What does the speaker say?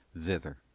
thither